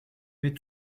mais